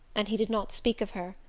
and he did not speak of her.